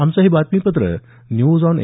आमचं हे बातमीपत्र न्यूज ऑन ए